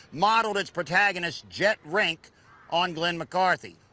modelled its protagonist jett rink on glenn mccarthy.